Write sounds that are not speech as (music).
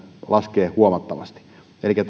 laskee huomattavasti elikkä (unintelligible)